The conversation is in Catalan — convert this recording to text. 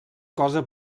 cosa